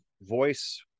voice